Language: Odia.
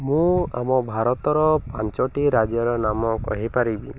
ମୁଁ ଆମ ଭାରତର ପାଞ୍ଚଟି ରାଜ୍ୟର ନାମ କହିପାରିବି